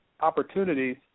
opportunities